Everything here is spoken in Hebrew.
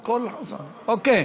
אוקיי,